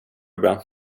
bra